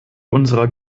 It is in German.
unserer